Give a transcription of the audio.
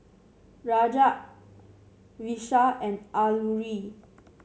Raj Vishal and Alluri